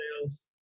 sales